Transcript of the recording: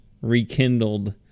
rekindled